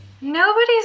Nobody's